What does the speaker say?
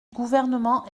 gouvernement